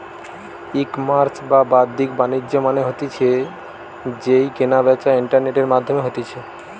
ecommerce বা বাদ্দিক বাণিজ্য মানে হতিছে যেই কেনা বেচা ইন্টারনেটের মাধ্যমে হতিছে